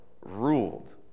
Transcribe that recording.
ruled